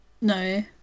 No